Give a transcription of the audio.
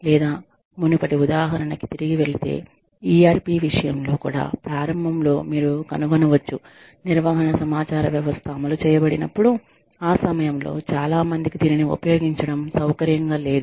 లేదా మునుపటి ఉదాహరణకి తిరిగి వెళితే ERP విషయంలో కూడా ప్రారంభంలో మీరు కనుగొనవచ్చు నిర్వహణ సమాచార వ్యవస్థ అమలు చేయబడినప్పుడు ఆ సమయంలో చాలా మందికి దీనిని ఉపయోగించడం సౌకర్యంగా లేదు